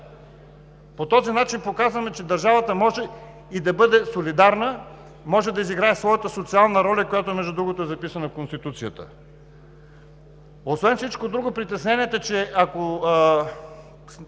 По този начин показваме, че държавата може да бъде и солидарна, може да изиграе своята социална роля, която, между другото, е записана в Конституцията. Освен всичко друго, притесненията, че ако